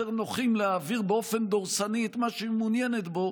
נוחים להעביר באופן דורסני את מה שהיא מעוניינת בו,